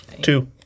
two